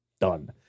Done